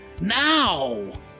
Now